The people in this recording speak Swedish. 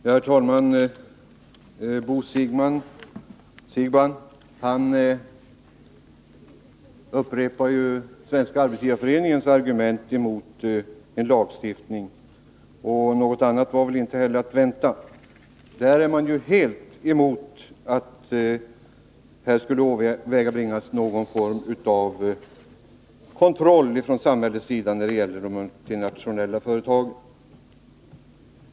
Herr talman! Bo Siegbahn upprepar Svenska arbetsgivareföreningens argument mot en lagstiftning, och något annat var inte heller att vänta. Där är man helt emot att det skulle åvägabringas någon form av kontroll från samhällets sida när det gäller de multinationella företagen.